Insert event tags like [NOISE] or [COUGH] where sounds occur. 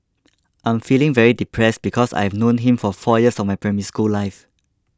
[NOISE] I'm feeling very depressed because I've known him for four years of my Primary School life